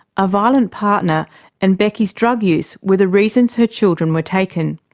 a violent partner and becky's drug use were the reasons her children were taken.